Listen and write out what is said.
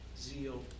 zeal